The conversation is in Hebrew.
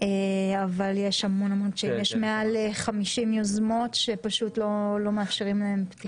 אבל יש מעל 50 יוזמות שלא מאפשרים להם פתיחה,